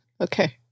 Okay